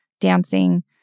dancing